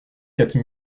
quatre